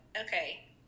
Okay